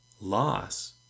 loss